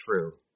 true